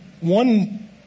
one